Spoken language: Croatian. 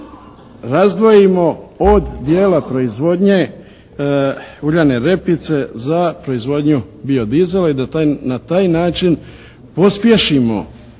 razdvojimo od dijela proizvodnje uljane repice za proizvodnju bio dizela i da na taj način pospješimo